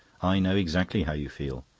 i know exactly how you feel.